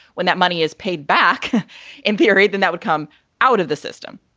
when that money is paid back in theory, then that would come out of the system